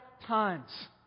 times